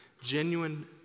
genuine